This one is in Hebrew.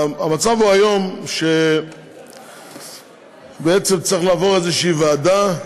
המצב היום הוא שבעצם צריך לעבור איזושהי ועדה,